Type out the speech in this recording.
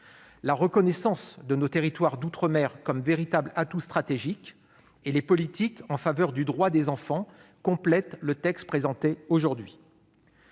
La reconnaissance de nos territoires d'outre-mer comme véritables atouts stratégiques et les politiques en faveur des droits des enfants complètent le texte présenté aujourd'hui.